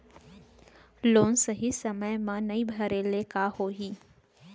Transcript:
Loan सही समय मा नई भरे ले का होही?